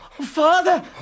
Father